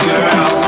Girl